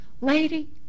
Lady